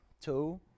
Two